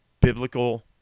biblical